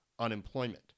unemployment